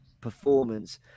performance